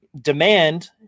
demand